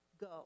Go